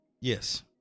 Yes